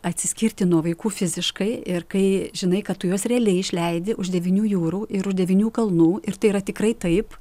atsiskirti nuo vaikų fiziškai ir kai žinai kad tu juos realiai išleidi už devynių jūrų ir už devynių kalnų ir tai yra tikrai taip